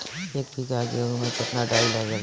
एक बीगहा गेहूं में केतना डाई लागेला?